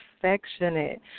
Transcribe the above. affectionate